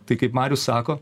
tai kaip marius sako